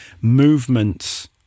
movements